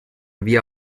via